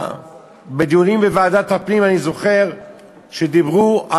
אני זוכר שבדיונים בוועדת הפנים דיברו,